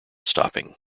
stopping